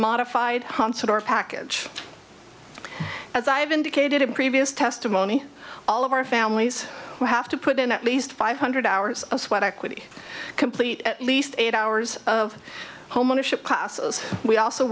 modified package as i've indicated in previous testimony all of our families who have to put in at least five hundred hours of sweat equity complete at least eight hours of home ownership classes we also